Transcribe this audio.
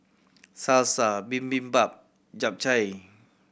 Salsa Bibimbap Japchae